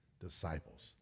disciples